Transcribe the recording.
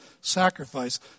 sacrifice